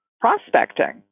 prospecting